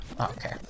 okay